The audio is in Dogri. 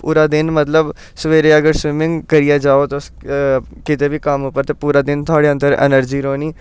पूरा दिन मतलब सवेरे अगर स्विमिंग करियै जाओ तुस कितें बी कम्म उप्पर ते पूरा दिन थोआड़े अंदर एनर्जी रौह्नी